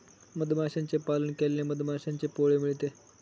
मधमाशांचे पालन केल्याने मधमाशांचे पोळे मिळते